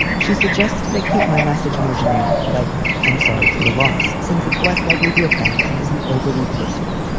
she suggested. i keep my message more generic, like i'm sorry for your loss, since it's less likely to offend and is an overly personal.